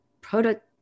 product